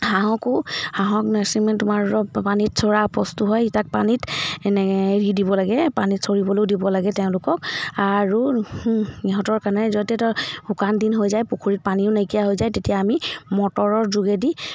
হাঁহকো হাঁহক তোমাৰ পানীত চৰা বস্তু হয় তাক পানীত এনে এৰি দিব লাগে পানীত চৰিবলৈও দিব লাগে তেওঁলোকক আৰু ইহঁতৰ কাৰণে য'ত শুকান দিন হৈ যায় পুখুৰীত পানীও নাইকিয়া হৈ যায় তেতিয়া আমি মটৰৰ যোগেদি